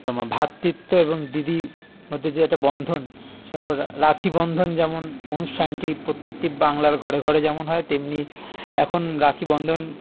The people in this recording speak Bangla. তোমার ভ্রাতৃত্ব এবং দিদির মধ্যে যে একটা বন্ধন সেরকম করে রা রাখিবন্ধন যেমন অনুষ্ঠানটি প্রত্যেকটি বাংলার ঘরে ঘরে যেমন হয় তেমনি এখন রাখিবন্ধন